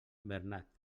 bernat